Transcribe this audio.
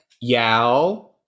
Yao